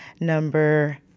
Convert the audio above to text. Number